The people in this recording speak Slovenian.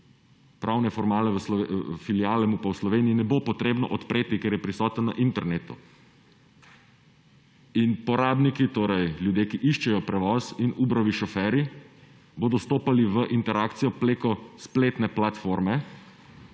pravne filijale mu pa v Sloveniji ne bo potrebno odpreti, ker je prisoten na internetu. In porabnik, torej ljudje, ki iščejo prevoz in Ubrovi šoferji bodo stopali v interakcijo preko spletne platforme,